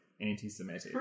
anti-semitic